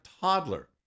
toddler